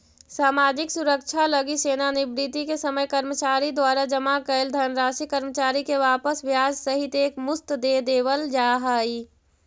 सामाजिक सुरक्षा लगी सेवानिवृत्ति के समय कर्मचारी द्वारा जमा कैल धनराशि कर्मचारी के वापस ब्याज सहित एक मुश्त दे देवल जाहई